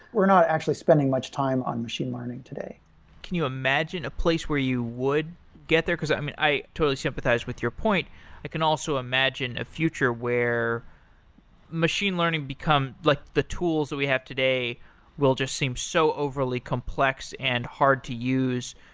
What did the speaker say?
we're not actually spending much time on machine learning today can you imagine a place where you would get there? i i totally sympathize with your point. i can also imagine a future where machine learning become like the tools that we have today will just seem so overly complex and hard to use.